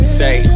say